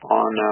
on